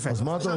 למה אתם